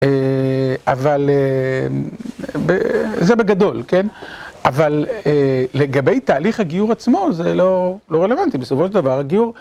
אבל זה בגדול, כן? אבל לגבי תהליך הגיור עצמו זה לא רלוונטי, בסופו של דבר הגיור...